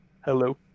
Hello